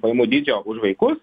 pajamų dydžio už vaikus